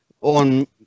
on